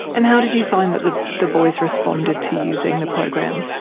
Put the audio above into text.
and how did you find that the the boys responded to using the program?